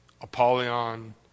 Apollyon